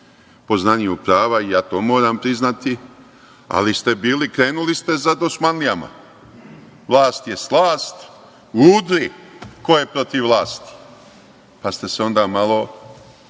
poznaniju prava, ja to moram priznati, ali ste bili krenuli za dosmanlijama. Vlast je slast. Udri ko je protiv vlasti. Pa, ste se onda malo